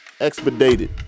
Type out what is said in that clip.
Expedited